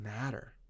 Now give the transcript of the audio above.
matter